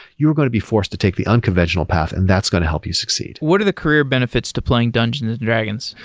you're going to be forced to take the unconventional path, and that's going to help you succeed. what are the career benefits to playing dungeons and dragons?